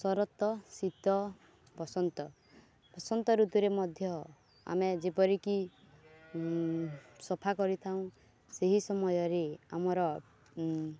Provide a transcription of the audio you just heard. ଶରତ ଶୀତ ବସନ୍ତ ବସନ୍ତ ଋତୁରେ ମଧ୍ୟ ଆମେ ଯେପରିକି ସଫା କରିଥାଉ ସେହି ସମୟରେ ଆମର